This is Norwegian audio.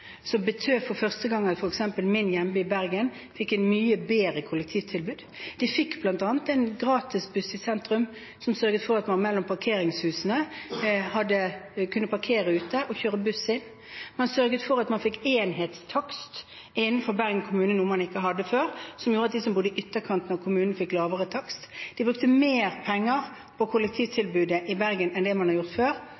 at f.eks. min hjemby, Bergen, fikk et mye bedre kollektivtilbud. De fikk bl.a. en gratisbuss i sentrum som sørget for at man kunne kjøre buss mellom parkeringshusene. Man sørget for at man fikk enhetstakst innenfor Bergen kommune, noe man ikke hadde hatt før, og som gjorde at de som bodde i utkanten av kommunen, fikk lavere takst. Man brukte mer penger på kollektivtilbudet i Bergen enn man hadde gjort før,